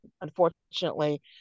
unfortunately